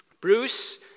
Bruce